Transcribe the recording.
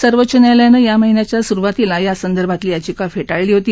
सर्वोच्च न्यायालयाने या महिन्याच्या सुरुवातीला यासंदर्भातली याचिका फेटाळली होती